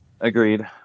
Agreed